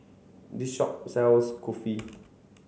this shop sells Kulfi